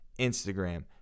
Instagram